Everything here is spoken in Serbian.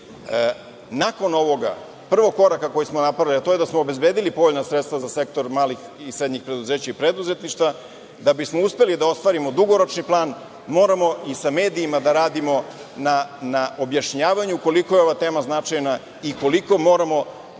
nakon ovoga, prvog koraka koji smo napravili, a to je da smo obezbedili povoljna sredstva za sektor malih i srednjih preduzeća i preduzetništva. Da bismo uspeli da ostvarimo dugoročni plan moramo i sa medijima da radimo na objašnjavanju koliko je ova tema značajna i koliko moramo da,